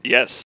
Yes